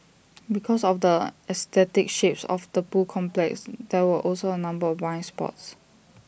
because of the aesthetic shapes of the pool complex there were also A number of blind spots